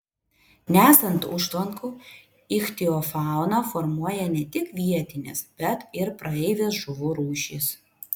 nesant užtvankų ichtiofauną formuoja ne tik vietinės bet ir praeivės žuvų rūšys